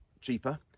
cheaper